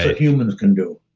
ah humans can do